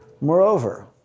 Moreover